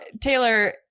Taylor